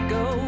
go